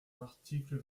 l’article